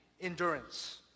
endurance